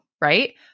right